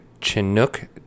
Chinook